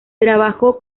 trabajó